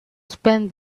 spend